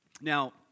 Now